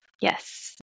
Yes